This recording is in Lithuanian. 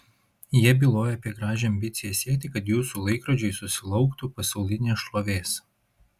jie byloja apie gražią ambiciją siekti kad jūsų laikrodžiai susilauktų pasaulinės šlovės